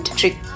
trick